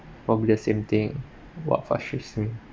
probably the same thing what frustrates me